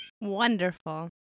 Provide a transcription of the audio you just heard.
Wonderful